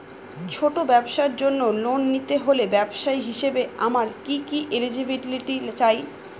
ছোট ব্যবসার জন্য লোন নিতে হলে ব্যবসায়ী হিসেবে আমার কি কি এলিজিবিলিটি চাই?